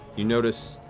you notice,